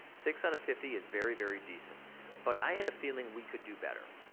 six out of fifty is very, very decent but i had a feeling we could do better.